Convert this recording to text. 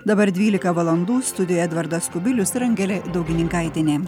dabar dvylika valandų studijoje edvardas kubilius ir angelė daugininkaitienė